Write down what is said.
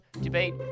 debate